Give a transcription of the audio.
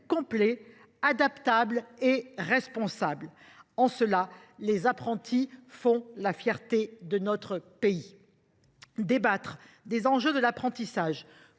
complets, adaptables et responsables. En cela, les apprentis font la fierté de notre pays. Débattre des enjeux de l’apprentissage